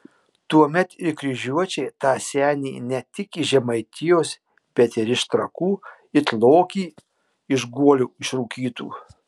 tuomet ir kryžiuočiai tą senį ne tik iš žemaitijos bet ir iš trakų it lokį iš guolio išrūkytų